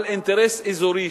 על אינטרס אזורי,